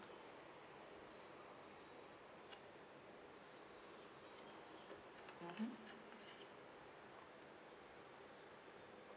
mmhmm